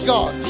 God